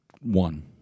one